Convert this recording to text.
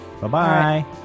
Bye-bye